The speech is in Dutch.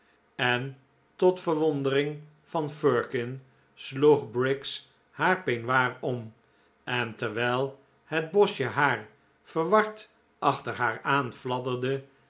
en tot verwondering van firkin sloeg briggs haar peignoir om en terwijl het bosje haar verward achter haar aan fladderde